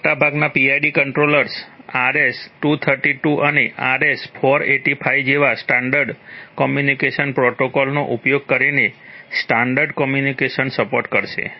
મોટા ભાગના PID controllers RS232 અને RS485 જેવા સ્ટાન્ડર્ડ કમ્યુનિકેશન પ્રોટોકોલ નો ઉપયોગ કરીને સ્ટાન્ડર્ડ કમ્યુનિકેશનને સપોર્ટ કરશે